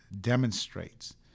demonstrates